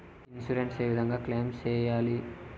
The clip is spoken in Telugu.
ఇన్సూరెన్సు ఏ విధంగా క్లెయిమ్ సేయాలి?